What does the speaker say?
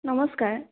নমস্কাৰ